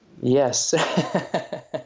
Yes